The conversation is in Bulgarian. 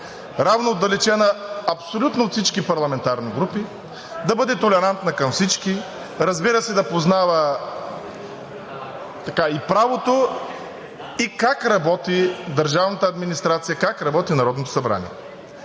равноотдалечена абсолютно от всички парламентарни групи, да бъде толерантна към всички, разбира се, да познава и правото, и как работи държавната администрация, как работи Народното събрание.